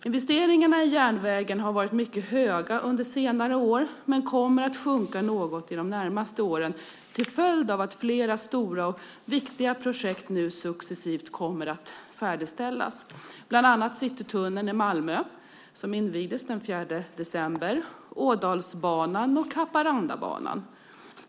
Investeringarna i järnvägen har varit mycket höga under senare år men kommer att sjunka något de närmaste åren till följd av att flera stora och viktiga projekt nu successivt kommer att färdigställas; bland annat Citytunneln i Malmö, som invigdes den 4 december, Ådalsbanan och Haparandabanan.